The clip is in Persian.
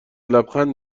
لبخند